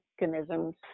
mechanisms